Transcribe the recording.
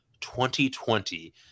2020